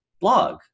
blog